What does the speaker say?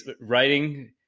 writing